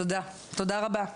תודה רבה.